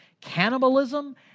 cannibalism